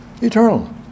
Eternal